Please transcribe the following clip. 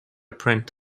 print